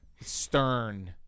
stern